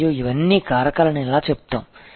మరియు ఇవన్నీ కారకాలు అని ఎలా చెప్తాము